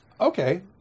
Okay